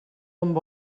amb